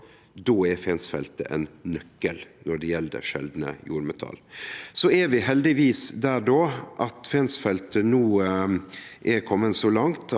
Då er Fensfeltet ein nøkkel når det gjeld sjeldne jordmetall. Så er vi heldigvis der at ein med Fensfeltet no er komne så langt